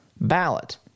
ballot